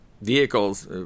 vehicles